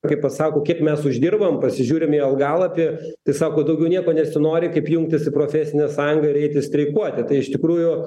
kaip pasako kiek mes uždirbam pasižiūrim į algalapį tai sako daugiau nieko nesinori kaip jungtis į profesinę sąjungą ir eiti streikuoti tai iš tikrųjų